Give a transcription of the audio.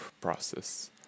process